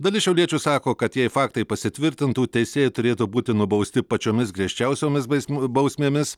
dalis šiauliečių sako kad jei faktai pasitvirtintų teisėjai turėtų būti nubausti pačiomis griežčiausiomis bais bausmėmis